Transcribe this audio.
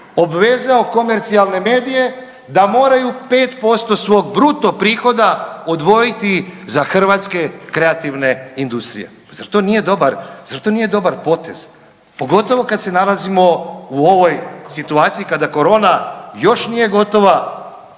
obvezao komercionalne medije da moraju 5% svog bruto prihoda odvojiti za hrvatske kreativne industrije. Zar to nije dobar, zar to nije dobar potez, pogotovo kad se nalazimo u ovoj situaciji kada korona još nije gotova,